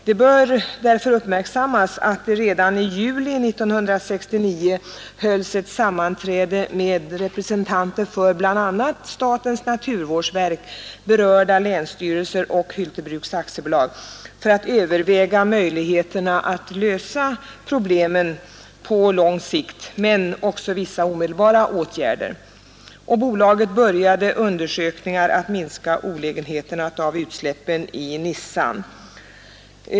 Det bör därför uppmärksammas att det redan i juni 1969 hölls ett sammanträde med representanter för bl.a. statens naturvårdsverk, berörda länsstyrelser och Hylte Bruks AB, varvid diskuterades möjligheterna att lösa problemen på lång sikt men även vissa omedelbara åtgärder. Bolaget började också undersökningar i syfte att minska olägenheterna av utsläppen i Nissan.